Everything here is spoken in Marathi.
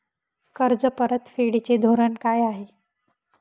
कर्ज परतफेडीचे धोरण काय आहे?